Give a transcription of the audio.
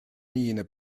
miene